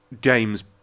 games